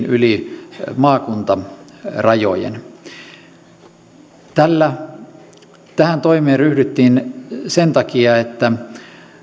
yli maakuntarajojen luovuttiin tähän toimeen ryhdyttiin sen takia että